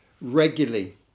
regularly